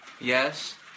yes